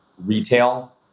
Retail